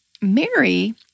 Mary